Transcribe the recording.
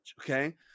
okay